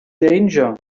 danger